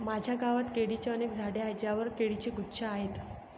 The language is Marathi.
माझ्या गावात केळीची अनेक झाडे आहेत ज्यांवर केळीचे गुच्छ आहेत